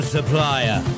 Supplier